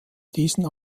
diesen